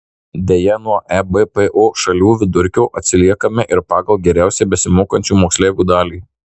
deja nuo ebpo šalių vidurkio atsiliekame ir pagal geriausiai besimokančių moksleivių dalį